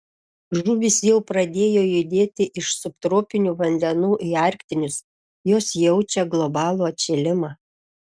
žuvys jau pradėjo judėti iš subtropinių vandenų į arktinius jos jau jaučia globalų atšilimą